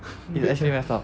he actually messed up